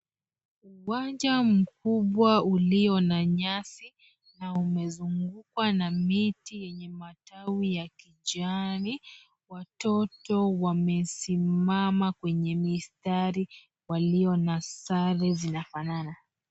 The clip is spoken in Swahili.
Uwanja mkubwa ulio na nyasi na umezungukwa na miti yenye matawi ya kijani. Watoto wamesimama kwenye mistari walio na sare zinafanana.